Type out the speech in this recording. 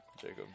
Jacob